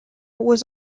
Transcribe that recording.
was